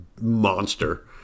monster